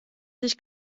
sich